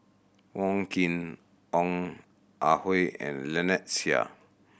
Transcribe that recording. Wong Keen Ong Ah Hoi and Lynnette Seah